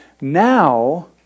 Now